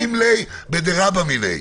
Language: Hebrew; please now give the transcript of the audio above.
קים ליה בדרבה מיניה.